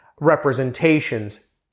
representations